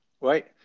right